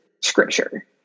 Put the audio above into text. scripture